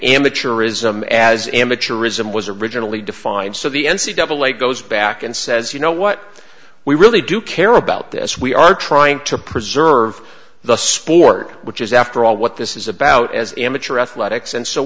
amateurism as amateurism was originally defined so the n c double a goes back and says you know what we really do care about this we are trying to preserve the sport which is after all what this is about as amateur athletics and so